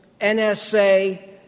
NSA